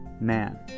man